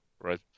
right